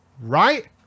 Right